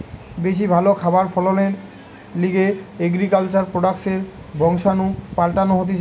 বেশি ভালো খাবার ফলনের লিগে এগ্রিকালচার প্রোডাক্টসের বংশাণু পাল্টানো হতিছে